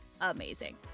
amazing